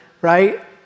right